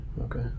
Okay